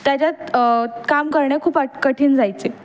त्याच्यात काम करणे खूप कठीण जायचे